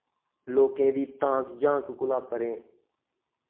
लोकें दी तांक झांक कोला परें